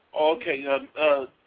Okay